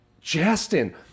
justin